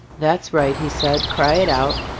that's right, he said. cry it out,